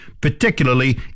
particularly